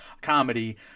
comedy